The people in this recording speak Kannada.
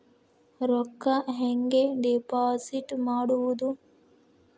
ರೊಕ್ಕ ಹೆಂಗೆ ಡಿಪಾಸಿಟ್ ಮಾಡುವುದು?